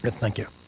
but thank you.